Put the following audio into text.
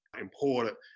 important